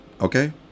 Okay